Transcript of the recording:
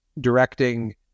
directing